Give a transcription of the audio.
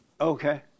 okay